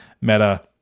meta